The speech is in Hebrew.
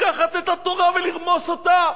לקחת את התורה ולרמוס אותה?